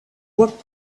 walked